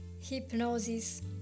hypnosis